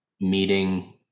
meeting